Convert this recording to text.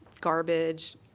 garbage